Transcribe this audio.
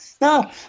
no